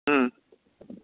ꯎꯝ